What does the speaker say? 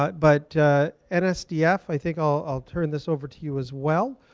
but but nsdf, i think i'll turn this over to you as well.